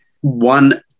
One